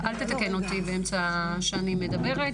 אל תתקן אותי באמצע שאני מדברת.